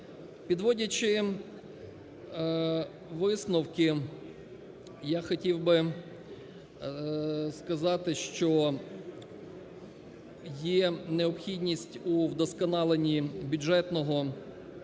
Підводячи висновки, я хотів би сказати, що є необхідність у вдосконаленні бюджетного та